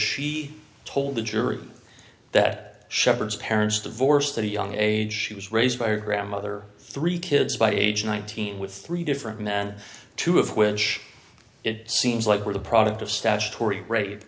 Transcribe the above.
told the jury that shepards parents divorced the young age she was raised by her grandmother three kids by age nineteen with three different men two of which it seems like were the product of statutory rape